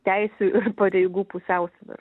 teisių ir pareigų pusiausvyr